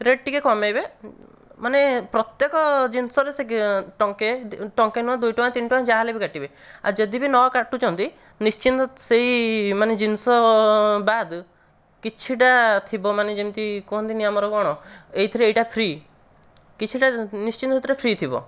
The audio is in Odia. ରେଟ୍ ଟିକେ କମେଇବେ ମାନେ ପ୍ରତ୍ୟେକ ଜିନିଷରେ ସେ ଟଙ୍କେ ଟଙ୍କେ ନୁହେଁ ଦୁଇଟଙ୍କା ତିନିଟଙ୍କା ଯାହାହେଲେ ବି କାଟିବେ ଆଉ ଯଦି ବି ନ କାଟୁଚନ୍ତି ନିଶ୍ଚିନ୍ତ ସେଇ ମାନେ ଜିନିଷ ବାଦ କିଛିଟା ଥିବ ମାନେ ଯେମତି କୁହନ୍ତିନି ଆମର କ'ଣ ଏଇଥିରେ ଏଇଟା ଫ୍ରୀ କିଛିଟା ନିଶ୍ଚିନ୍ତ ସେଥିରେ ଫ୍ରୀ ଥିବ